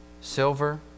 Silver